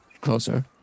Closer